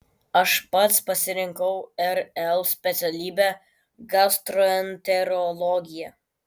aš pats pasirinkau rl specialybę gastroenterologiją